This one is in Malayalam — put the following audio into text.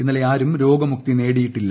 ഇന്നലെ ആരും രോഗമുക്തി നേടിയിട്ടില്ല